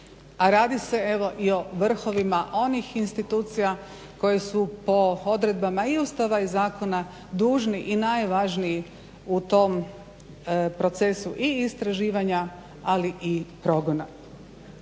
a radi se evo i o vrhovima onih institucija koji su i po odredbama Ustava i zakona dužni i najvažniji u tom procesu i istraživanja ali i progona.